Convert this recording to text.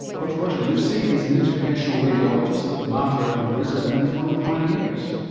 dr roger livsey is an interventional radiologist at the mater in brisbane and he's one of the pioneers.